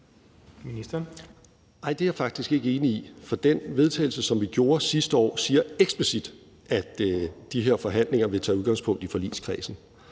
det er jeg faktisk ikke enig i, for det forslag til vedtagelse, som vi fremsatte sidste år, siger eksplicit, at de her forhandlinger vil tage udgangspunkt i forligskredsen,